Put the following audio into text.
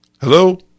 Hello